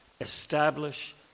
establish